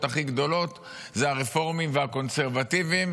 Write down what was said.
הכי גדולות זה הרפורמים והקונסרבטיבים.